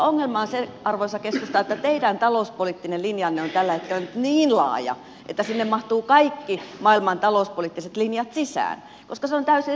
ongelma on se arvoisa keskusta että teidän talouspoliittinen linjanne on tällä hetkellä nyt niin laaja että sinne mahtuvat kaikki maailman talouspoliittiset linjat sisään koska se on täysin ristiriitainen